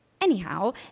Anyhow